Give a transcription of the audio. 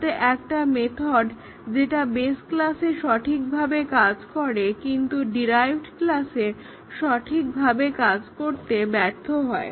যাতে একটা মেথড যেটা বেস ক্লাসে সঠিকভাবে কাজ করে কিন্তু ডিরাইভড ক্লাসে সঠিকভাবে কাজ করতে ব্যর্থ হয়